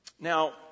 Now